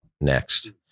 next